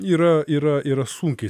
yra yra yra sunkiai